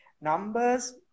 numbers